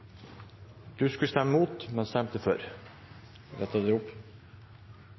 Elvenes skulle egentlig ha stemt mot, men stemte for. Da er det rettet opp.